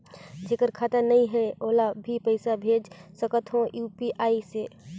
जेकर खाता नहीं है ओला भी पइसा भेज सकत हो यू.पी.आई से?